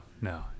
No